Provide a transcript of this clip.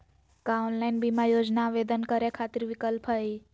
का ऑनलाइन बीमा योजना आवेदन करै खातिर विक्लप हई?